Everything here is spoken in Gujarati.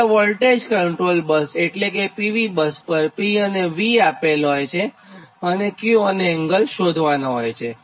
અને વોલ્ટેજ ક્ન્ટ્રોલ્ડ બસએટલે કે PV પર પર P અને V આપેલ હોય છે Q અને એંગલ શોધવાનાં હોય છે